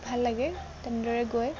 ভাল লাগে তেনেদৰে গৈ